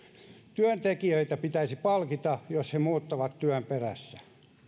työntekijöitä pitäisi palkita jos he muuttavat työn perässä